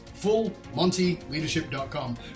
FullMontyLeadership.com